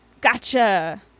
Gotcha